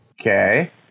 Okay